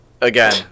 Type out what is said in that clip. again